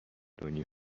دنیا